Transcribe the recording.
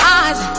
eyes